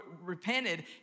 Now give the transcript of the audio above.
repented